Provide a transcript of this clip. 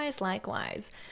likewise